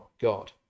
God